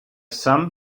sum